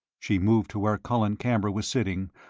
she moved to where colin camber was sitting,